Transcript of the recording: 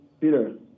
Peter